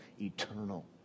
eternal